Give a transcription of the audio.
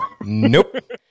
Nope